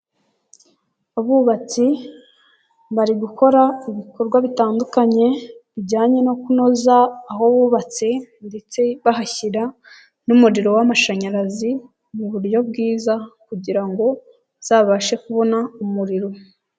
Abubatsi bari gukora ibikorwa bitandukanye bijyanye no kunoza aho bubatse ndetse bahashyira n'umuriro w'amashanyarazi mu buryo bwiza kugira ngo bazabashe kubona umuriro.